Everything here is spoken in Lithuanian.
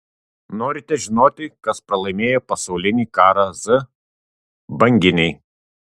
norite žinoti kas pralaimėjo pasaulinį karą z banginiai